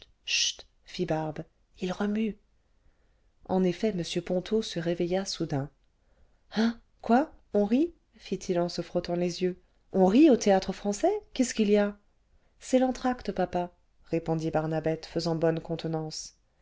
barbe il remue en effet m ponto se réveilla soudain hein quoi on rit fit-il en se frottant les yeux on rit au théâtrefrançais qu'est-ce qu'il y a c'est l'entr'acte paj a répondit barnabette faisant bonne contenance